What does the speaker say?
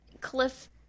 cliff